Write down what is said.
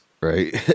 Right